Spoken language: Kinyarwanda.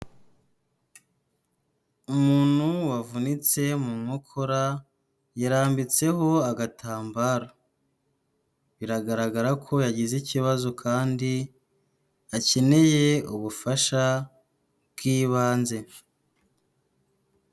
Umuntu wavunitse mu nkokora yarambitseho agatambaro, biragaragara ko yagize ikibazo kandi akeneye ubufasha bw'ibanze.